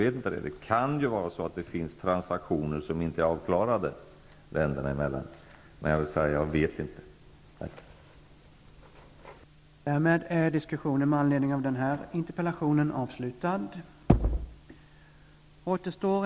Det kan finnas transaktioner som inte är avklarade länderna emellan. Men jag vill säga att jag inte vet det.